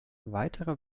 weitere